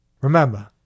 Remember